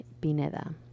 pineda